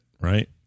right